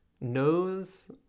knows